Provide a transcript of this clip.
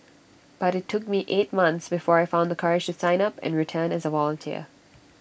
but IT took me eight months before I found the courage to sign up and return as A volunteer